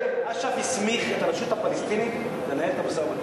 אש"ף הסמיך את הרשות הפלסטינית לנהל את המשא-ומתן.